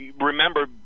remember